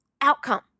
outcome